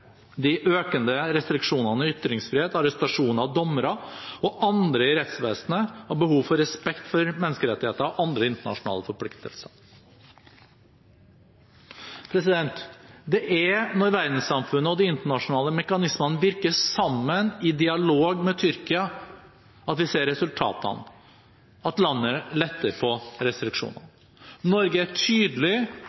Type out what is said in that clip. de økende restriksjoner i ytringsfriheten, arrestasjoner av dommere og andre i rettsvesenet og behovet for respekt for menneskerettigheter og andre internasjonale forpliktelser. Det er når verdenssamfunnet og de internasjonale mekanismene virker sammen, i dialog med Tyrkia, at vi ser resultatene – at landet letter på restriksjonene.